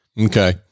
Okay